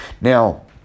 Now